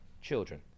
children